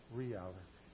reality